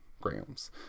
grams